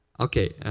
okay.